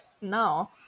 No